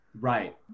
Right